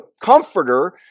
Comforter